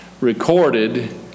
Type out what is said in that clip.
recorded